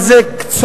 אבל זה קצת,